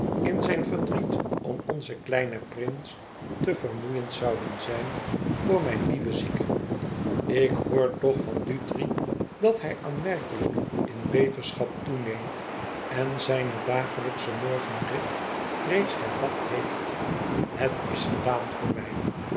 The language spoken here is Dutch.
in zijn verdriet om onzen kleinen prins te vermoeiend zouden zijn voor mijn lieven zieke ik hoor toch van dutri dat hij aanmerkelijk in beterschap toeneemt en zijne dagelijkschen morgenrit reeds hervat heeft het is gedaan voor mij